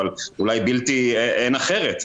אבל אולי אין אחרת,